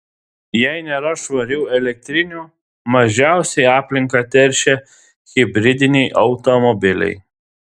jei nėra švarių elektrinių mažiausiai aplinką teršia hibridiniai automobiliai